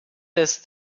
des